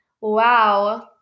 wow